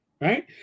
right